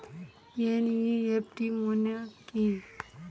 NEFT মনে কি?